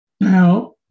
Now